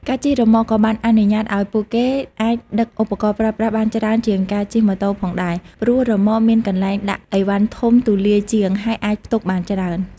ការជិះរ៉ឺម៉កក៏បានអនុញ្ញាតឱ្យពួកគេអាចដឹកឧបករណ៍ប្រើប្រាស់បានច្រើនជាងការជិះម៉ូតូផងដែរ ព្រោះរ៉ឺម៉កមានកន្លែងដាក់ឥវ៉ាន់ធំទូលាយជាង ហើយអាចផ្ទុកបានច្រើន។